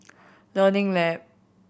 Learning Lab